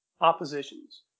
oppositions